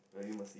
no you must see it